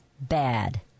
bad